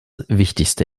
wichtigste